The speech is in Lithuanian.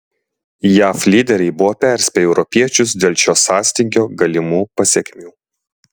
jav lyderiai buvo perspėję europiečius dėl šio sąstingio galimų pasekmių